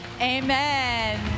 Amen